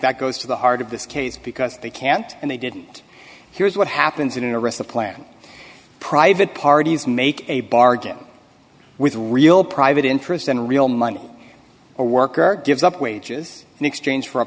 that goes to the heart of this case because they can't and they didn't here's what happens in interest of plan private parties make a bargain with real private interest and real money a worker gives up wages in exchange for a